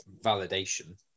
validation